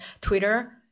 Twitter